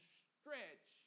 stretch